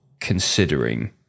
considering